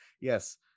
yes